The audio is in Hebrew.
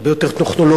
הרבה יותר טכנולוגיה,